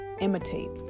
imitate